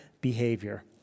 behavior